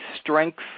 strength